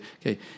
okay